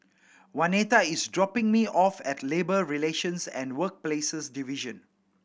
Waneta is dropping me off at Labour Relations and Workplaces Division